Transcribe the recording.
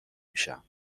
میشم